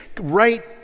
right